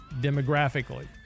demographically